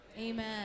Amen